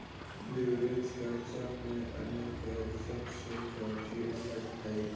Leverage कर्जा में अन्य कर्जा से कउची अलग हई?